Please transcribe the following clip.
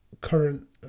current